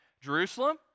Jerusalem